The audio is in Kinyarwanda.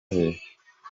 hehe